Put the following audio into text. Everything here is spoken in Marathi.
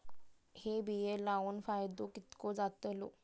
हे बिये लाऊन फायदो कितको जातलो?